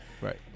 Right